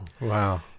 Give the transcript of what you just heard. Wow